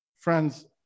Friends